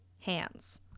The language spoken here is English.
hands